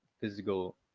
physical